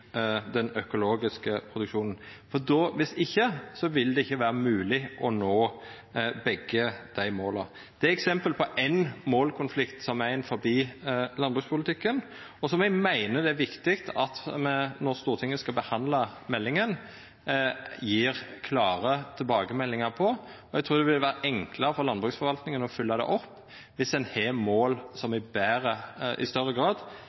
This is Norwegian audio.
den økologiske produksjonen. Viss ikkje vil det ikkje vera mogleg å nå begge dei måla. Det er eksempel på éin målkonflikt som er i landbrukspolitikken, og som eg meiner det er viktig at me, når Stortinget skal behandla meldinga, gjev klare tilbakemeldingar om. Eg trur det vil vera enklare for landbruksforvaltinga å følgja det opp viss ein har mål som i større grad